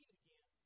again